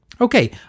Okay